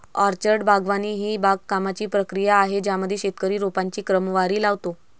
orchard बागवानी ही बागकामाची प्रक्रिया आहे ज्यामध्ये शेतकरी रोपांची क्रमवारी लावतो